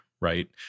right